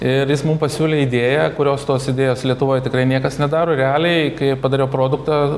ir jis mum pasiūlė idėją kurios tos idėjos lietuvoj tikrai niekas nedaro realiai kai padariau produktą